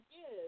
Yes